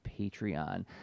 Patreon